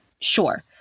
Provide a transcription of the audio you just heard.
sure